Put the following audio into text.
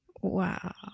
Wow